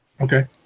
Okay